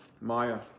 Maya